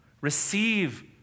Receive